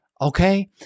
Okay